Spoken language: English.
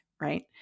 right